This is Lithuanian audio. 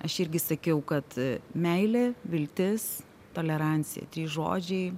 aš irgi sakiau kad meilė viltis tolerancija trys žodžiai